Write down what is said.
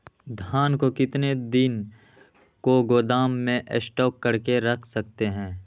धान को कितने दिन को गोदाम में स्टॉक करके रख सकते हैँ?